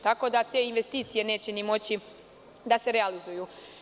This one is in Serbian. Tako da, te investicije neće ni moći da se realizuju.